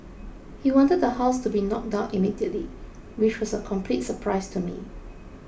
he wanted the house to be knocked down immediately which was a complete surprise to me